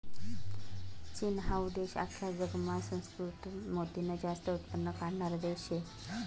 चीन हाऊ देश आख्खा जगमा सुसंस्कृत मोतीनं जास्त उत्पन्न काढणारा देश शे